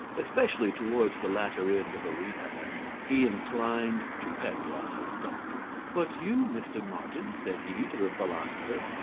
especially towards the latter end of a repast, he inclined to pangloss's doctrine. but you, mr. martin, said he to the philosopher,